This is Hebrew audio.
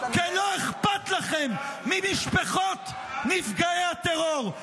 כי לא אכפת לכם ממשפחות נפגעי הטרור.